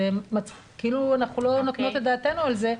זה כאילו אנחנו לא נותנות את דעתנו על זה,